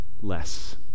less